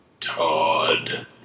Todd